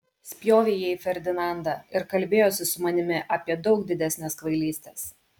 spjovė jie į ferdinandą ir kalbėjosi su manimi apie daug didesnes kvailystes